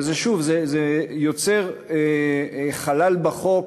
ושוב, זה יוצר חלל בחוק